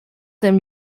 dem